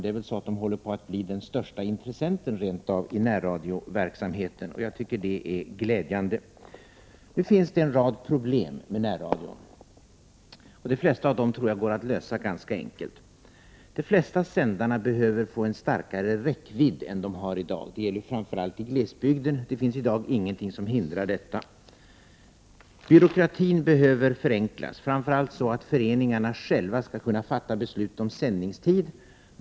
Den håller väl rent av på att bli den största intressenten i närradioverksamheten. Jag tycker att det är glädjande. Nu finns det en rad problem med närradion. De flesta av dem tror jag går att lösa ganska enkelt. De flesta sändarna behöver få en starkare räckvidd än de har i dag. Det gäller framför allt i glesbygder. Det finns i dag ingenting som hindrar detta. Byråkratin behöver förenklas. Framför allt skall föreningarna själva kunna fatta beslut om sändningstid.